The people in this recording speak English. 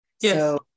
Yes